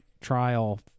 trial